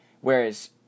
Whereas